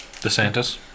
DeSantis